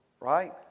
right